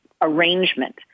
arrangement